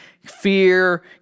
fear